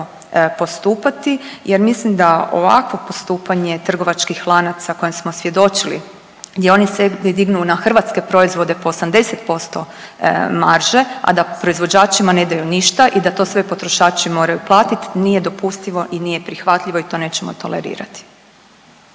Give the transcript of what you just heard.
postupati jer mislim da ovakvo postupanje trgovačkih lanaca kojem smo svjedočili gdje oni sebi dignu na hrvatske proizvode po 80% marže, a da proizvođačima ne daju ništa i da to sve potrošači moraju platit nije dopustivo i nije prihvatljivo i to nećemo tolerirati.